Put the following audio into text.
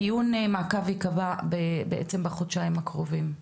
דיון המעקב ייקבע בעצם לחודשים הקרובים.